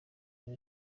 muri